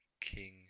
King